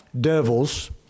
devils